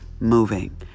moving